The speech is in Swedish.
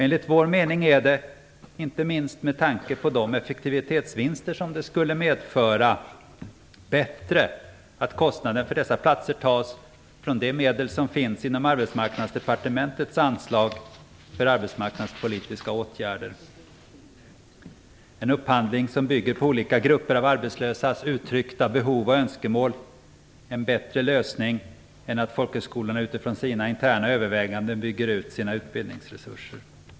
Enligt vår mening är det, inte minst med tanke på de effektivitetsvinster som det skulle medföra, bättre att kostnaden för dessa platser tas från de medel som finns inom Arbetsmarknadsdepartementets anslag för arbetsmarknadspolitiska åtgärder. En upphandling som bygger på olika grupper av arbetslösas uttryckta behov och önskemål är en bättre lösning än att folkhögskolorna utifrån sina interna överväganden bygger ut sina utbildningsresurser.